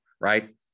Right